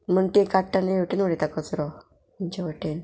म्हण ती काडटा न्ही वटेन उडयता कचरो आमचे वटेन